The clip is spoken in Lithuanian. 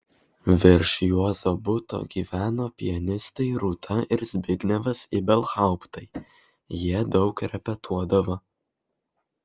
virš juozo buto gyveno pianistai rūta ir zbignevas ibelhauptai jie daug repetuodavo